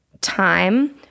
time